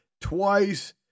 twice